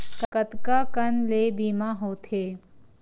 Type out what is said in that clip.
कतका कन ले बीमा होथे?